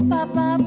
Papa